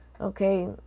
Okay